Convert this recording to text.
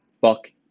Buck